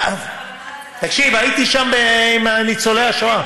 תקשיב, הייתי שם עם ניצולי השואה.